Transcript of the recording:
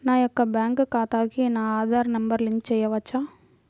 నా యొక్క బ్యాంక్ ఖాతాకి నా ఆధార్ నంబర్ లింక్ చేయవచ్చా?